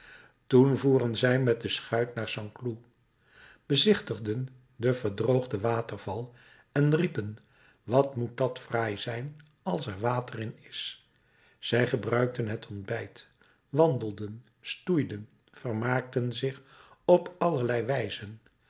toen voeren zij met de schuit naar st cloud bezichtigden den verdroogden waterval en riepen wat moet dat fraai zijn als er water in is zij gebruikten het ontbijt wandelden stoeiden vermaakten zich op allerlei wijzen